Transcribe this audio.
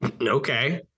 Okay